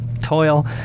toil